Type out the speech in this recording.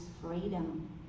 freedom